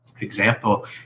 example